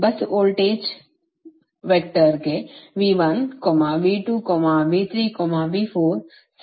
Vbus bus ವೋಲ್ಟೇಜ್ನ ವೆಕ್ಟರ್ಗೆ ಸಮಾನವಾಗಿರುತ್ತದೆ